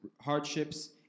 hardships